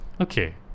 Okay